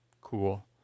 cool